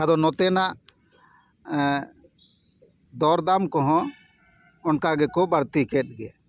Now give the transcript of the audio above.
ᱟᱫᱚ ᱱᱚᱛᱮᱱᱟᱜ ᱫᱚᱨᱫᱟᱢ ᱠᱚᱦᱚᱸ ᱚᱝᱠᱟ ᱜᱮᱠᱚ ᱵᱟᱹᱲᱛᱤ ᱠᱮᱫ ᱜᱮ